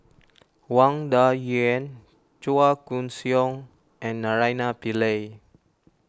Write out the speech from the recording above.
Wang Dayuan Chua Koon Siong and Naraina Pillai